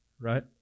right